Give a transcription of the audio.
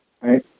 right